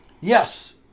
Yes